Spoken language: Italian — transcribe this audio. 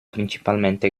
principalmente